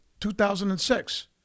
2006